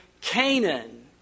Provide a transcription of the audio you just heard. Canaan